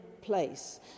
place